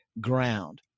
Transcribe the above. ground